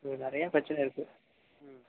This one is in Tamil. நிறைய பிரச்சன இருக்கு